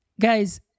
guys